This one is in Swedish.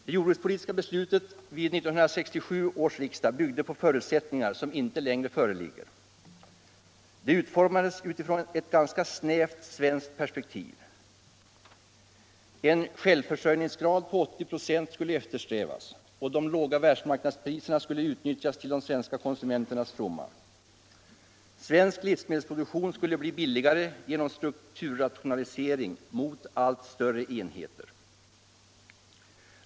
Det jordbrukspolitiska beslutet vid 1967 års riksdag byggde på förutsättningar som inte längre föreligger. Det utformades utifrån ett ganska snävt svenskt perspektiv. En självförsörjningsgrad på 80 26 skulle eftersträvas, och de låga världsmarknadspriserna skulle utnyttjas till de svenska konsumenternas fromma. Svensk livsmedelsproduktion skulle bli billigare genom strukturrationalisering mot allt större enheter.